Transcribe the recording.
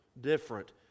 different